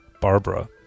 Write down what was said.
Barbara